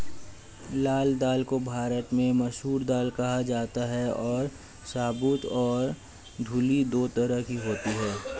लाल दाल को भारत में मसूर दाल कहा जाता है और साबूत और धुली दो तरह की होती है